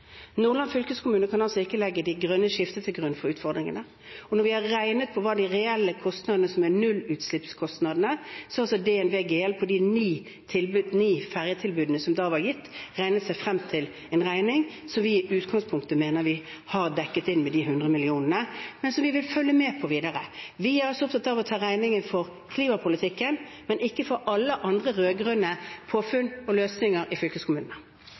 Nordland fylkeskommune kan ikke legge det grønne skiftet til grunn for utfordringene. Vi har regnet på hva de reelle kostnadene – nullutslippskostnadene – er, slik som DNV GL gjorde for de ni fergetilbudene som da var gitt. Den regningen mener vi at vi i utgangspunktet har dekket inn med de 100 mill. kronene, men det er noe som vi vil følge med på videre. Vi er opptatt av å ta regningen for klimapolitikken, men ikke for alle andre rød-grønne påfunn og løsninger i fylkeskommunene.